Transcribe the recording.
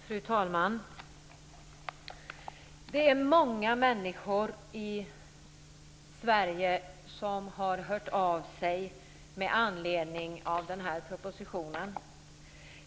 Fru talman! Det är många människor i Sverige som har hört av sig med anledning av den här propositionen.